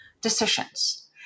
decisions